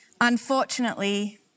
Unfortunately